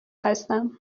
هستم